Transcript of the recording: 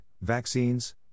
vaccines